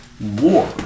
War